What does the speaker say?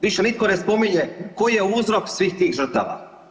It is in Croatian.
Više nitko ne spominje koji je uzrok svih tih žrtava.